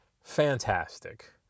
fantastic